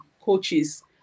coaches